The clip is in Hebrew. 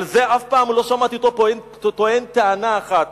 על זה אף פעם לא שמעתי אותו טוען טענה אחת.